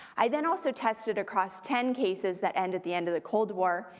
i then also tested across ten cases that end at the end of the cold war,